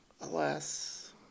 Alas